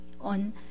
on